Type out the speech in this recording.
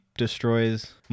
Destroys